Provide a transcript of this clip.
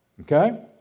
Okay